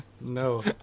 no